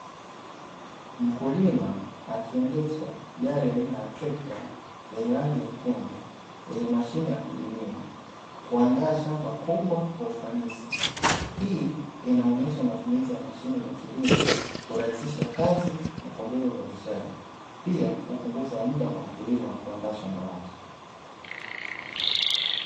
Mkulima akiendesha gari aina ya trekta yenye rangi nyekundu yenye mashine ya kulimia, kuandaa shamba kubwa kwa ufanisi, hii inaonyesha matumizi ya mashine za kilimo kurahisisha kazi na kuongeza uzalishaji pia kupunguza mda kwa mkulima wa kuandaa shamba lake.